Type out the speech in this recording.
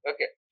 Okay